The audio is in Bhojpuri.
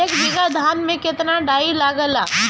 एक बीगहा धान में केतना डाई लागेला?